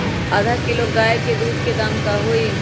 आधा किलो गाय के दूध के का दाम होई?